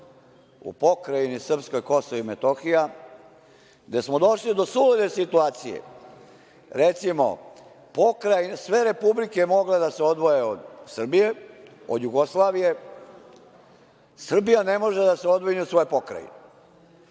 u pokrajini srpskoj Kosovu i Metohiji, gde smo došli do sulude situacije, recimo, sve republike su mogle da se odvoje od Srbije, od Jugoslavije, Srbija ne može da se odvoji ni od svoje pokrajine.